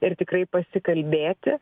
ir tikrai pasikalbėti